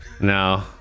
no